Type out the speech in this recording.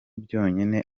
byonyine